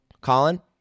Colin